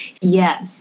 Yes